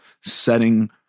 setting